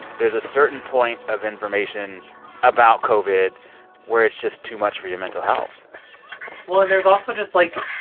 there's a certain point of information about covid where it's just too much for your mental health well, and there's also just, like,